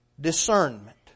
discernment